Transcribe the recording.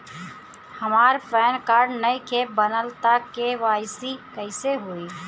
हमार PAN card नईखे बनल त के.वाइ.सी कइसे होई?